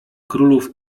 królów